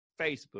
Facebook